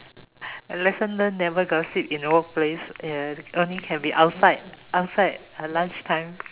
lesson learnt never gossip in the workplace only can be outside lunchtime